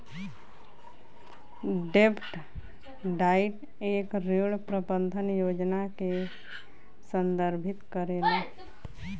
डेब्ट डाइट एक ऋण प्रबंधन योजना के संदर्भित करेला